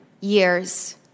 years